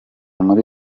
muri